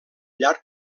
llarg